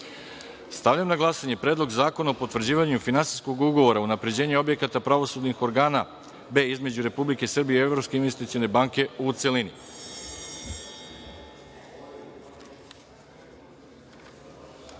zakona. Stavljam na glasanje Predlog zakona o Potvrđivanju Finansijskog ugovora, „Unapređenje objekata pravosudnih organa B“ između Republike Srbije i Evropske investicione banke u